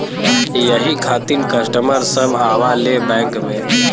यही खातिन कस्टमर सब आवा ले बैंक मे?